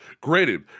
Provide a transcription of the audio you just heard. Granted